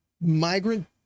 migrant